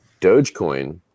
Dogecoin